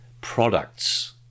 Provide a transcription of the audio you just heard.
products